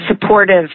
supportive